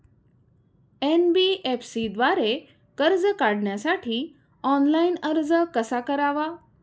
NBFC द्वारे कर्ज काढण्यासाठी ऑनलाइन अर्ज कसा करावा?